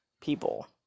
people